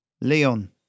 Leon